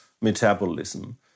metabolism